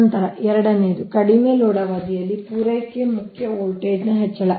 ನಂತರ ಎರಡನೆಯದು ಕಡಿಮೆ ಲೋಡ್ ಅವಧಿಯಲ್ಲಿ ಪೂರೈಕೆ ಮುಖ್ಯ ವೋಲ್ಟೇಜ್ ಹೆಚ್ಚಳ